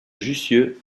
jussieu